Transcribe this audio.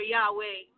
Yahweh